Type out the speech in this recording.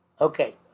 Okay